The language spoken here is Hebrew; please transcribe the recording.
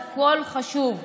הכול חשוב,